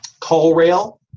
CallRail